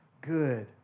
good